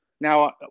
Now